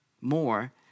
more